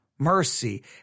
mercy